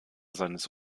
seines